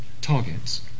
targets